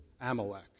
Amalek